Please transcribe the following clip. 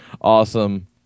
awesome